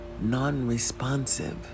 non-responsive